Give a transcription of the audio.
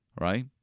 right